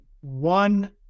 one